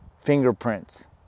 fingerprints